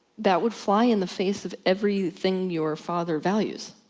that would fly in the face of everything your father values.